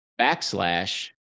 backslash